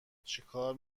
چیکار